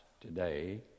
today